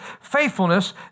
faithfulness